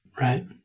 Right